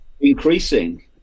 increasing